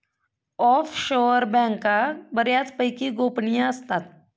offshore बँका बऱ्यापैकी गोपनीय असतात